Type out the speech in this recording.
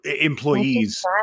employees